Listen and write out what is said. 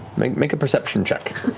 make make a perception check.